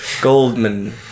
Goldman